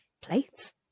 plates